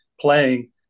playing